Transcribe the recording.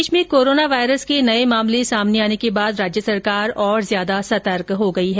देश में corona virus के नये मामले सामने आने के बाद राज्य सरकार और ज्यादा सतर्क हो गई है